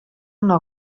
una